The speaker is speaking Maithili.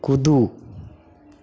कुदू